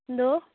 എന്തോ